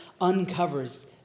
uncovers